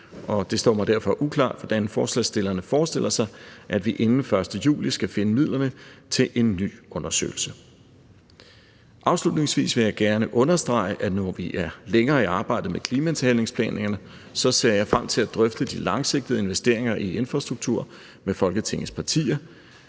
Det står mig derfor uklart, hvordan forslagsstillerne forestiller sig, at vi inden den 1. juli skal finde midlerne til en ny undersøgelse. Afslutningsvis vil jeg gerne understrege, at når vi er længere i arbejdet med klimahandlingsplanerne, ser jeg frem til at drøfte de langsigtede investeringer i infrastruktur med Folketingets partier.